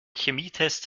chemietest